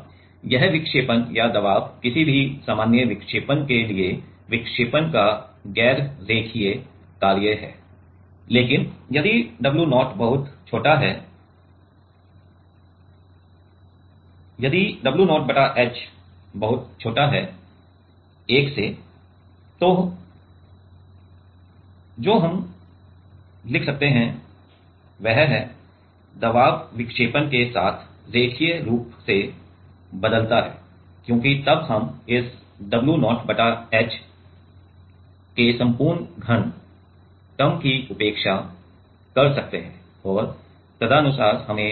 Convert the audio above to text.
अब यह विक्षेपण और दबाव किसी भी सामान्य विक्षेपण के लिए विक्षेपण का गैर रेखीय कार्य है लेकिन यदि w0 बहुत छोटा है यदि w0 बटा h बहुत छोटा एक से तो जो हम लिख सकते हैं वह है दबाव विक्षेपण के साथ रैखिक रूप से बदलता है क्योंकि तब हम इस w0 बटा h संपूर्ण घन टर्म की उपेक्षा कर सकते हैं और तदनुसार हमे